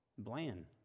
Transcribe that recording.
bland